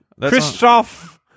Christoph